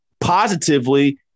positively